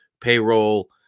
payroll